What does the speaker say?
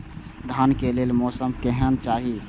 धान के लेल मौसम केहन चाहि?